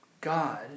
God